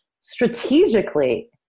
strategically